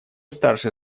старше